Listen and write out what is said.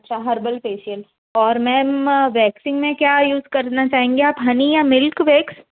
अच्छा herbal facial और ma'am waxing मे क्या यूज़ करना चाहेंगी आप हनी या मिल्क वेक्स